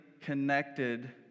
connected